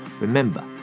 Remember